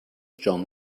jon